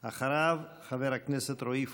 אחריו, חבר הכנסת רועי פולקמן.